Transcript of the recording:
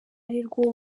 arirwo